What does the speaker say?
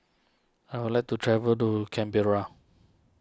I would like to travel to Canberra